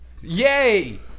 Yay